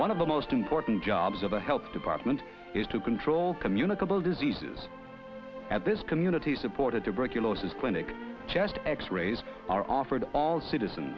one of the most important jobs of a help department is to control communicable diseases at this community supported tuberculosis clinic chest x rays are offered all citizens